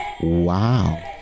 Wow